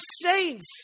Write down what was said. saints